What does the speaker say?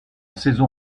saison